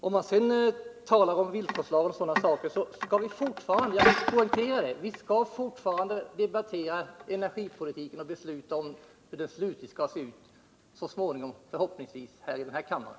Beträffande villkorslagen och energipolitiken över huvud taget skall vi förhoppningsvis till sist, det vill jag poängtera, debattera och besluta om den slutgiltiga utformningen i den här kammaren.